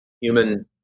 human